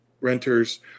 renters